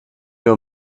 wir